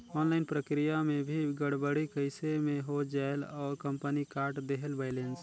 Online प्रक्रिया मे भी गड़बड़ी कइसे मे हो जायेल और कंपनी काट देहेल बैलेंस?